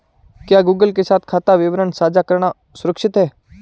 क्या गूगल के साथ खाता विवरण साझा करना सुरक्षित है?